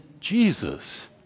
Jesus